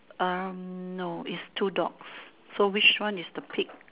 um no is two dogs so which one is the pig